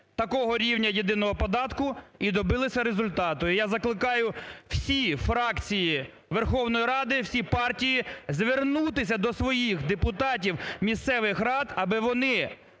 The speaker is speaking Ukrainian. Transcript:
такого рівня єдиного податку і добилися результату. І я закликаю всі фракції Верховної Ради, всі партії звернутися до своїх депутатів місцевих рад, аби вони